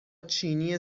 چینی